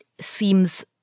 seems